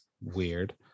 weird